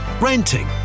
renting